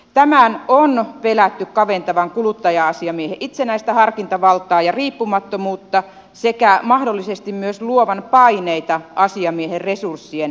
tämän on pelätty kaventavan kuluttaja asiamiehen itsenäistä harkintavaltaa ja riippumattomuutta sekä mahdollisesti myös luovan paineita asiamiehen resurssien kaventamiseen